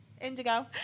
indigo